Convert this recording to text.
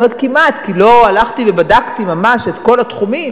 אני אומרת "כמעט" כי לא הלכתי ובדקתי ממש את כל התחומים,